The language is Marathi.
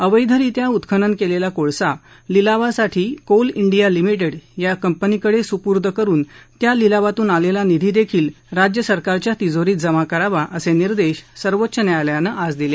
अवैधरित्या उत्खनन केलेला कोळसा लिलावासाठी कोल इंडिया लिमिडि या कंपनीकडे सुपूर्द करून त्या लिलावातून आलेला निधीही राज्य सरकारच्या तिजोरीत जमा करावा असे निर्देशही सर्वोच्च न्यायालयानं आज दिले